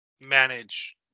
manage